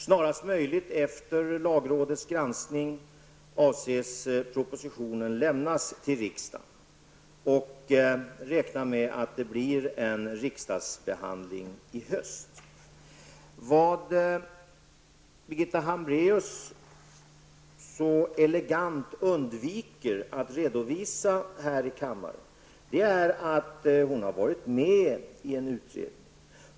Regeringen avser att efter lagrådets granskning snarast möjligt avlämna en proposition till riksdagen, och jag räknar med att en riksdagsbehandling kommer att ske i höst. Vad Birgitta Hambraeus elegant undviker att redovisa här i kammaren, är att hon har varit med i en utredning.